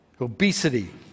Obesity